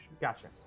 gotcha